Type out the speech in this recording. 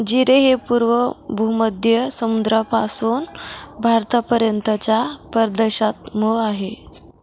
जीरे हे पूर्व भूमध्य समुद्रापासून भारतापर्यंतच्या प्रदेशात मूळ आहे